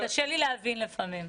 קשה לי להבין לפעמים...